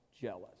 jealous